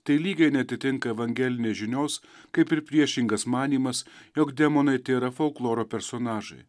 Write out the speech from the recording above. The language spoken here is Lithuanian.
tai lygiai neatitinka evangelinės žinios kaip ir priešingas manymas jog demonai tėra folkloro personažai